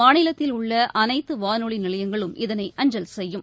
மாநிலத்தில் உள்ள அனைத்து வானொலி நிலையங்களும் இதனை அஞ்சல் செய்யும்